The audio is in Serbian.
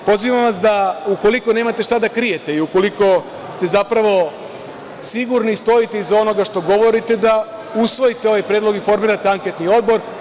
Pozivam vas da ukoliko nemate šta da krijete i ukoliko ste zapravo sigurni i stojite iza onoga što govorite, da usvojite ovaj predlog i formirate anketni odbor.